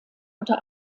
unter